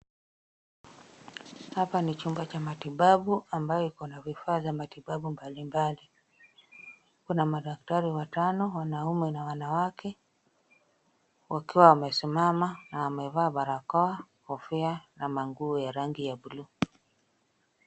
Hapa ni chumba cha matibabu ambayo iko na vifaa za matibabu mbali mbali. Kuna madaktari watano, wanaume na wanawake wakiwa wamesimama na wamevaa barakoa ,kofia na manguo ya rangi ya buluu.